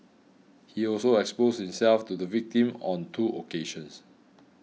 he also exposed himself to the victim on two occasions